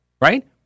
Right